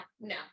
no